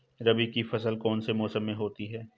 रबी की फसल कौन से मौसम में होती है?